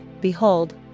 Behold